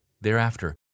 Thereafter